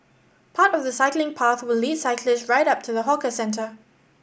part of the cycling path will lead cyclists right up to the hawker centre